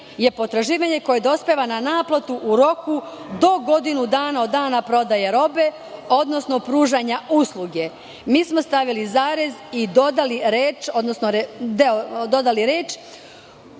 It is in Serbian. je potraživanje koje dospeva na naplatu u roku do godinu dana od dana prodaje robe, odnosno pružanja usluge. Stavili smo zarez i dodali reči: "imajući